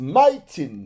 mighty